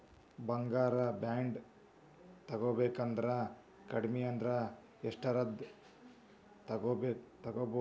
ಬಂಗಾರ ಬಾಂಡ್ ತೊಗೋಬೇಕಂದ್ರ ಕಡಮಿ ಅಂದ್ರ ಎಷ್ಟರದ್ ತೊಗೊಬೋದ್ರಿ?